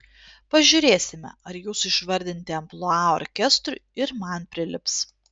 pažiūrėsime ar jūsų išvardinti amplua orkestrui ir man prilips